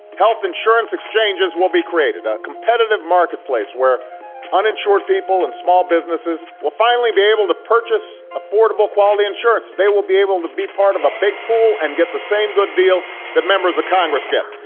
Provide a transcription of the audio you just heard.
health insurance exchanges will be created, a competitive marketplace where uninsured people and small businesses will finally be able to purchase affordable quality insurance, they will be able to be part of a big pool and get the same good deal that members of congress get.